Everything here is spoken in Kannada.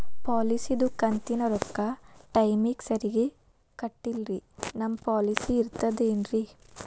ಪಾಲಿಸಿದು ಕಂತಿನ ರೊಕ್ಕ ಟೈಮಿಗ್ ಸರಿಗೆ ಕಟ್ಟಿಲ್ರಿ ನಮ್ ಪಾಲಿಸಿ ಇರ್ತದ ಏನ್ರಿ?